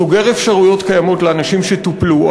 סוגר אפשרויות קיימות לאנשים שטופלו.